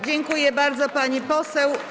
Dziękuję bardzo, pani poseł.